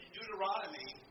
Deuteronomy